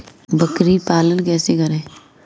बकरी पालन कैसे करें?